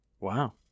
Wow